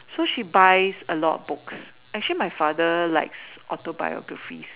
so she buys a lot of books actually my father likes autobiography